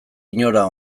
inora